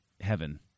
Heaven